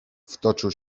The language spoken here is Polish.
wtoczył